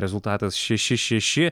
rezultatas šeši šeši